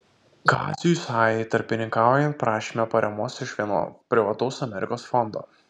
kaziui sajai tarpininkaujant prašėme paramos iš vieno privataus amerikos fondo